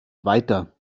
weiter